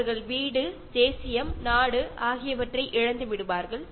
അവർ വെള്ളമില്ലാത്ത ഉണങ്ങിയ പ്രദേശങ്ങളിലേക്ക് ആഹാരത്തിനുവേണ്ടി ചേക്കേറുന്നു